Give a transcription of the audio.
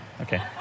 Okay